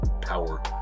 power